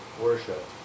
worship